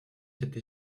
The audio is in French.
cette